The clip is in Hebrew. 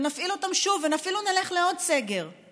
ונפעיל אותן שוב ואפילו נלך לעוד סגר,